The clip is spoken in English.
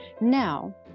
Now